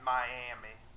Miami